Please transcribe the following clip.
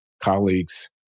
colleagues